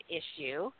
issue